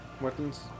weapons